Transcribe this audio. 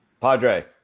padre